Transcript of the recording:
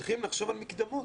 צריך לחשוב על מקדמות.